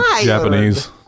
Japanese